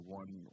one